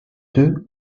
deux